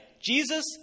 Jesus